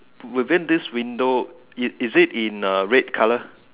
within this window is it in the red colour